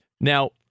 Now